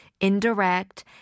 indirect